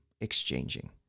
exchanging